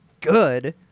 good